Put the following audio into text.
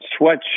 Sweatshirt